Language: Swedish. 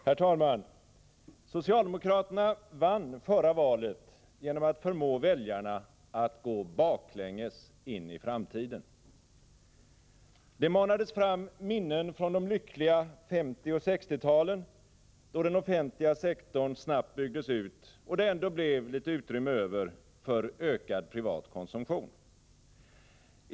Herr talman! Socialdemokraterna vann förra valet genom att förmå väljarna att gå baklänges in i framtiden. Det manades fram minnen från de lyckliga 1950 och 1960-talen, då den offentliga sektorn snabbt byggdes ut och det ändå blev litet utrymme över för ökad privat konsumtion.